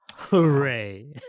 hooray